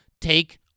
take